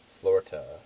Florida